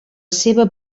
seva